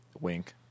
wink